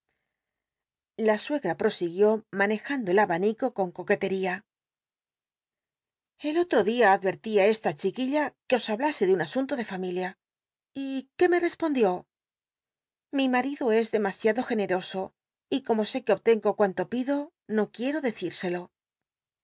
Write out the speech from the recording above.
la suegra prosiguió manejando el abanico con coquetería el otto clia adrerlí á esta chiquilla qne os hablase de un asunto de familia y qué me rc pondió o li mal'ido es demasiado generoso y como sé que obtengo cuanto pido no quiero decit sclo